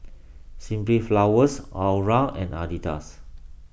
Simply Flowers Iora and Adidas